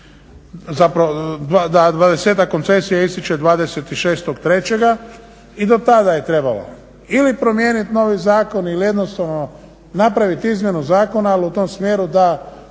koncesija istječe 23.3. i do tada je trebalo ili promijeniti novi zakon ili jednostavno napraviti izmjenu zakona ali u tom smjeru da